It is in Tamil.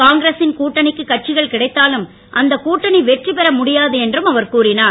காங்கிரசின் கூட்டணிக்கு கட்சிகள் கிடைத்தாலும் அந்த கூட்டணி வெற்றி பெற முடியாது என கூறினார்